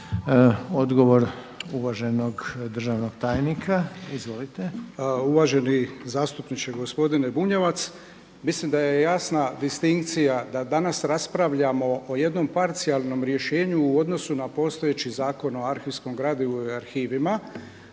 Odgovor uvaženog državnog tajnika. Izvolite. **Poljičak, Ivica** Uvaženi zastupniče gospodine Bunjac. Mislim da je jasna distinkcija da danas raspravljamo o jednom parcijalnom rješenju u odnosu na postojeći Zakon o arhivskom gradivu i arhivima,